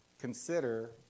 consider